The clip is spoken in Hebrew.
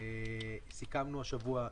סיכמנו השבוע,